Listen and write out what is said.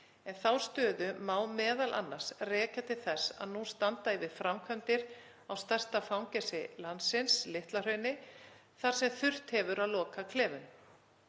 en þá stöðu má m.a. rekja til þess að nú standa yfir framkvæmdir á stærsta fangelsi landsins, Litla-Hrauni, þar sem þurft hefur að loka klefum.